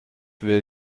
will